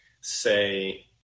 say